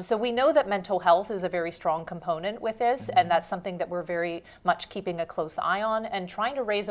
so we know that mental health is a very strong component with this and that's something that we're very much keeping a close eye on and trying to raise